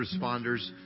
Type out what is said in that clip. responders